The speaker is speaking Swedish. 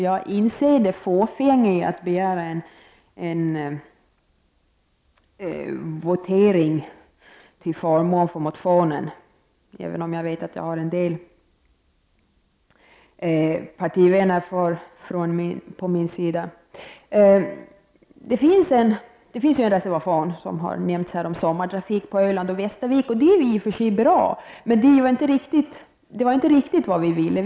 Jag inser det fåfänga i att begära en votering till förmån för motionen, även om jag vet att jag har en del partivänner på min sida. Det finns en reservation, som har nämnts här tidigare, om sommartrafik till Öland och Västervik. Det är i och för sig bra, men det var inte riktigt vad vi ville.